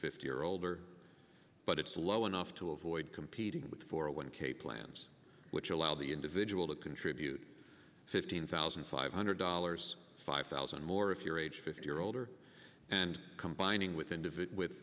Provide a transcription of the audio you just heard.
fifty or older but it's low enough to avoid competing with for one k plans which allow the individual to contribute fifteen thousand five hundred dollars five thousand more if you're age fifty or older and combining with